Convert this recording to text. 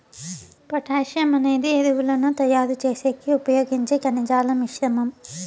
potassium అనేది ఎరువులను తయారు చేసేకి ఉపయోగించే ఖనిజాల మిశ్రమం